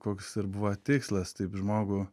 koks ir buvo tikslas taip žmogų